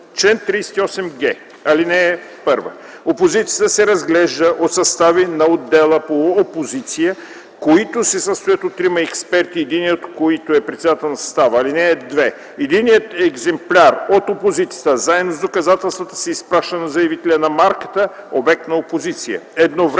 Чл. 38г. (1) Опозицията се разглежда от състави на отдела по опозиция, които се състоят от трима експерти, единият от които е председател на състава. (2) Единият екземпляр от опозицията заедно с доказателствата се изпраща на заявителя на марката – обект на опозиция.